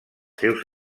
seus